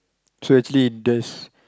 so actually there's